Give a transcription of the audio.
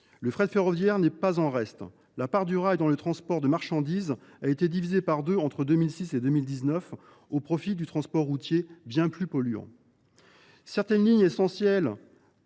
Le fret ferroviaire n’est pas en reste : la part du rail dans le transport de marchandises a été divisée par deux entre 2006 et 2019, au profit du transport routier, pourtant bien plus polluant. Certaines lignes essentielles